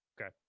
Okay